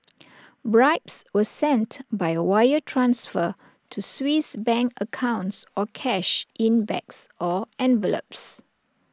bribes were sent by wire transfer to Swiss bank accounts or cash in bags or envelopes